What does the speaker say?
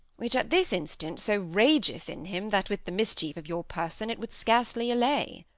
which at this instant so rageth in him that with the mischief of your person it would scarcely allay.